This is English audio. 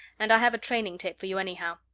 and i have a training tape for you anyhow.